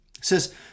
says